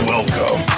Welcome